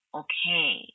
okay